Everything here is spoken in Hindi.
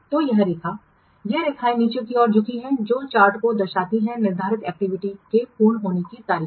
तो यह रेखा ये रेखाएँ नीचे की ओर झुकी हुई हैं जो चार्ट को दर्शाती हैं निर्धारित एक्टिविटी के पूर्ण होने की तारीखें